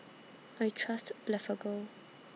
I Trust Blephagel